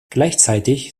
gleichzeitig